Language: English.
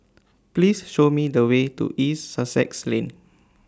Please Show Me The Way to East Sussex Lane